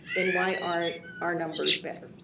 then why are our numbers better?